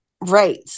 right